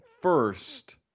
first